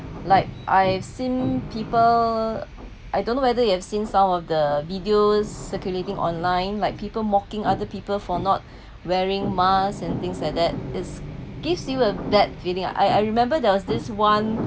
like I've seen people I don't know whether you've seen some of the videos circulating online like people mocking other people for not wearing masks and things like that is gives you a bad feeling I I remember there was this one